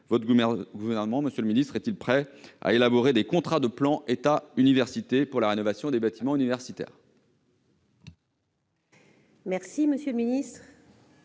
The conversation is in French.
votre gouvernement est-il prêt à élaborer des contrats de plan État-université pour la rénovation des bâtiments universitaires ?